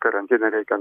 karantiną reikia